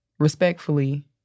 respectfully